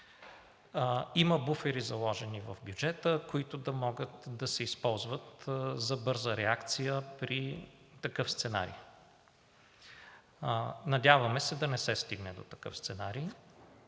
Има заложени буфери в бюджета, които да могат да се използват за бърза реакция при такъв сценарий. Надяваме се да не се стигне до такъв сценарий.